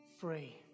free